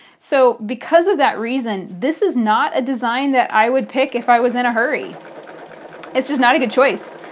so because of that reason, this is not a design that i would pick if i was in a hurry it's just not a good choice.